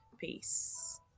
Peace